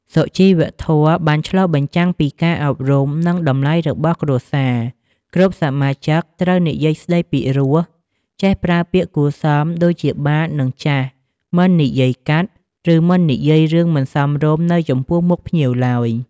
សុជីវធម៌បានឆ្លុះបញ្ចាំងពីការអប់រំ និងតម្លៃរបស់គ្រួសារ គ្រប់សមាជិកត្រូវនិយាយស្ដីពីរោះ ចេះប្រើពាក្យគួរសម ដូចជាបាទ នឹង ចាស មិននិយាយកាត់ ឬមិននិយាយរឿងមិនសមរម្យនៅចំពោះមុខភ្ញៀវឡើយ។